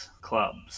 clubs